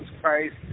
Christ